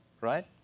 right